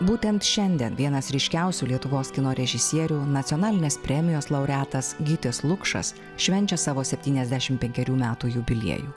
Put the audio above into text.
būtent šiandien vienas ryškiausių lietuvos kino režisierių nacionalinės premijos laureatas gytis lukšas švenčia savo septyniasdešimt penkerių metų jubiliejų